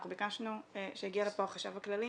אנחנו ביקשנו שיגיע לפה החשב הכללי,